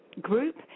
group